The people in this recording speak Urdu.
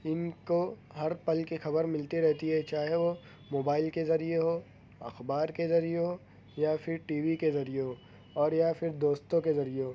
ان کو ہر پل کی خبر ملتی رہتی ہے چاہے وہ موبائل کے ذریعے ہو اخبارکے ذریعے ہو یا پھر ٹی وی کے ذریعے ہو اور یا پھر دوستوں کے ذریعے ہو